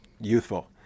youthful